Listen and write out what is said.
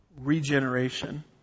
regeneration